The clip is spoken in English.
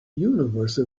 universe